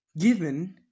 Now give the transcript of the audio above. Given